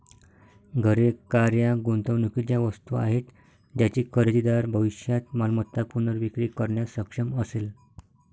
घरे, कार या गुंतवणुकीच्या वस्तू आहेत ज्याची खरेदीदार भविष्यात मालमत्ता पुनर्विक्री करण्यास सक्षम असेल